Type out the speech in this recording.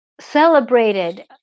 celebrated